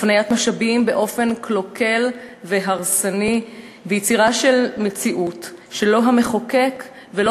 הפניית משאבים באופן קלוקל והרסני ויצירה של מציאות שלא המחוקק ולא